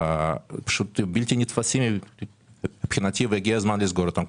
הם בלתי נתפסים מבחינתי והגיע הזמן לסגור אותם.